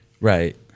Right